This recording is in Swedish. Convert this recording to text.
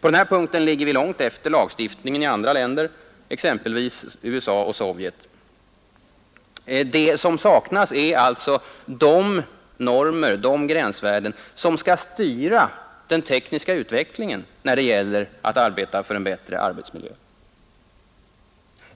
På denna punkt ligger vi långt efter lagstiftningen i andra länder, exempelvis i USA och Sovjetunionen. Det som saknas är alltså de normer och gränsvärden som skall styra den tekniska utvecklingen i arbetet för en bättre arbetsmiljö.